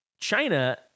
China